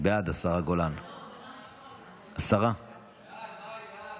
שירותים ומקצועות בענף הרכב (תיקון מס' 11),